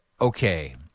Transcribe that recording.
okay